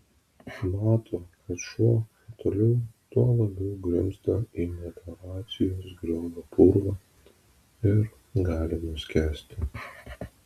mato kad šuo kuo toliau tuo labiau grimzta į melioracijos griovio purvą ir gali nuskęsti